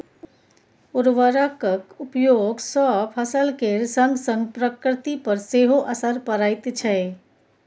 उर्वरकक उपयोग सँ फसल केर संगसंग प्रकृति पर सेहो असर पड़ैत छै